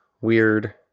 weird